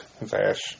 Vash